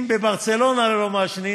אם בברצלונה לא מעשנים,